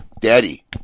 Daddy